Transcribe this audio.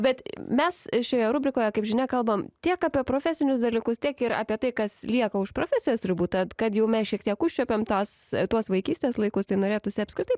bet mes šioje rubrikoje kaip žinia kalbam tiek apie profesinius dalykus tiek ir apie tai kas lieka už profesijos ribų tad kad jau mes šiek tiek užčiuopėm tas tuos vaikystės laikus tai norėtųsi apskritai